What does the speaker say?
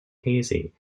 hazy